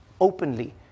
openly